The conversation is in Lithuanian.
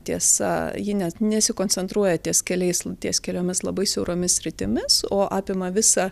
tiesa ji net nesikoncentruoja ties keliais ties keliomis labai siauromis sritimis o apima visą